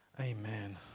Amen